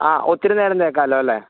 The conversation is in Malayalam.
ആ ഒത്തിരി നേരം തേക്കാമല്ലോ അല്ലേ